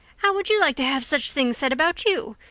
how would you like to have such things said about you?